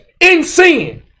insane